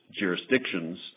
jurisdictions